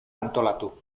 antolatu